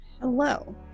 Hello